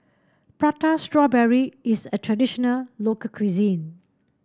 Prata Strawberry is a traditional local cuisine